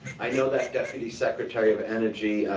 i know that deputy secretary of energy,